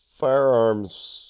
firearms